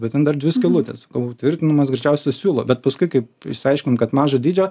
bet ten dar dvi skylutės tvirtinamas greičiausiai siūlu bet paskui kaip išsiaiškinom kad mažo dydžio